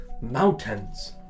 mountains